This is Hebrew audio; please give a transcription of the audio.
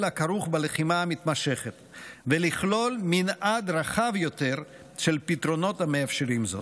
הכרוך בלחימה המתמשכת ולכלול מנעד רחב יותר של פתרונות המאפשרים זאת,